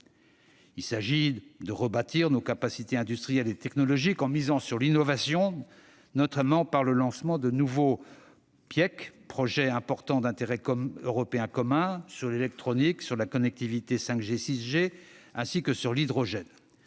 Il s'agit de rebâtir nos capacités industrielles et technologiques, en misant sur l'innovation, notamment par le lancement de nouveaux Piiec, les projets importants d'intérêt européen commun, sur l'électronique, la connectivité 5G-6G, ainsi que sur l'hydrogène.